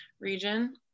region